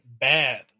bad